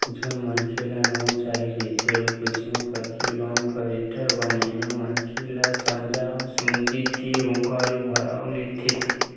जउन मनखे ल लोन चाही रहिथे ओ कइसनो करके लोन गारेंटर बनइया मनखे ल समझा सुमझी के हुँकारू भरवा लेथे